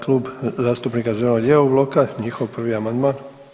Klub zastupnika zeleno-lijevog bloka, njihov prvi amandman.